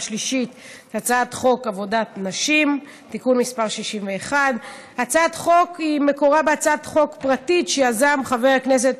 שלישית את הצעת חוק עבודת נשים (תיקון מס' 61). הצעת החוק מקורה בהצעת חוק פרטית שיזם חבר הכנסת